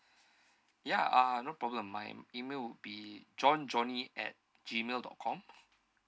ya uh no problem my email would be john johnny at G mail dot com